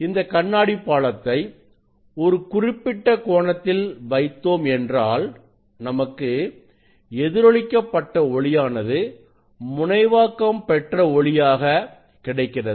இந்த கண்ணாடிப் பாளத்தை ஒரு குறிப்பிட்ட கோணத்தில் வைத்தோம் என்றால் நமக்கு எதிரொளிக்க பட்ட ஒளியானது முனைவாக்கம் பெற்ற ஒளியாக கிடைக்கிறது